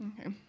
Okay